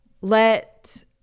let